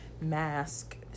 mask